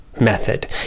method